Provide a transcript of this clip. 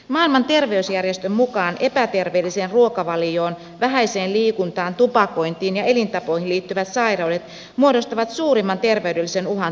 maailman terveysjärjestön mukaan epäterveelliseen ruokavalioon vähäiseen liikuntaan tupakointiin ja elintapoihin liittyvät sairaudet muodostavat suurimman terveydellisen uhan teollistuneissa maissa